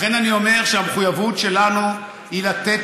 לכן אני אומר שהמחויבות שלנו היא לתת